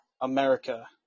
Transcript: America